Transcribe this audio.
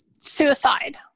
suicide